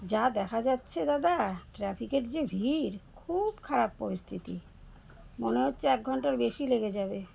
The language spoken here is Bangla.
যা দেখা যাচ্ছে দাদা ট্রাফিকের যে ভিড় খুব খারাপ পরিস্থিতি মনে হচ্ছে এক ঘণ্টার বেশি লেগে যাবে